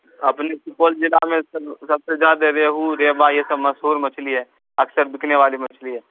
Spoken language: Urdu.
اپنے سپول جلع میں سب سب سے زیادہ ریہو ریبا یہ سب مسہور مچھلی ہے اکثر بکنے والی مچھلی ہے